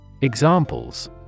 Examples